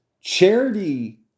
Charity